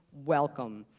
welcome.